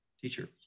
teacher